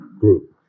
group